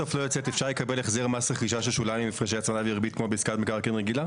אפשר לקבל החזר מס רכישה ששולם עם ריבית כאשר העסקה לא יוצאת לפועל.